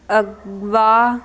ਅਗਵਾਹ